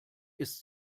ist